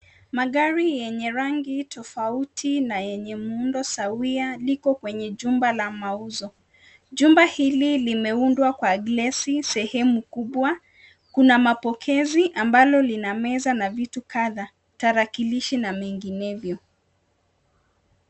Magari yenye rangi tofauti na yenye muundo sawia liko kwenye jumba la mauzo. Jumba hili limeundwa kwa glasi sehemu kubwa. Kuna mapokezi ambalo lina meza na vitu kadhaa, tarakilishi na menginevyo.